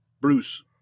Bruce